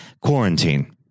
quarantine